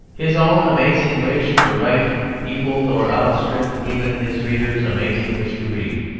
his own amazing wish to write equalled or outstripped even his readers' amazing wish to read.